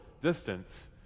distance